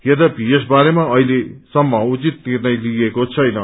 यद्वद्यपि यस बारेमा अहिले सम्म उचित निर्णय लिइएको छैन